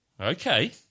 Okay